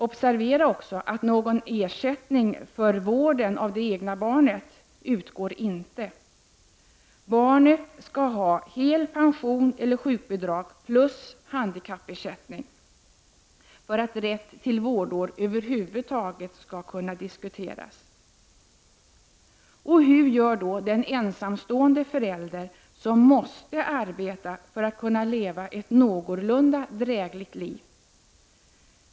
Observera också att någon ersättning för vården av det egna barnet inte utgår. Barnet skall ha helpension eller sjukbidrag plus handikappersättning för att rätt till vårdår över huvud taget skall kunna diskuteras. Och hur gör den ensamstående förälder som måste arbeta för att kunna leva ett någorlunda drägligt liv?